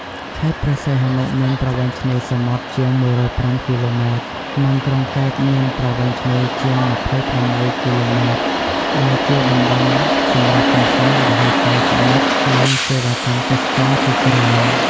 ខេត្តព្រះសីហនុមានប្រវែងឆ្នេរសមុទ្រជាង ១០៥ គីឡូម៉ែត្រ និងក្រុងកែបមានប្រវែងឆ្នេរជាង ២៦ គីឡូម៉ែត្រ ដែលជាតំបន់សម្រាប់កម្សាន្តលំហែកាយសមុទ្រ និង សេវាកម្មទេសចរណ៍ជាច្រើន។